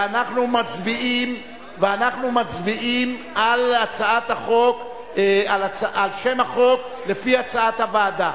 ואנחנו מצביעים על שם החוק לפי הצעת הוועדה.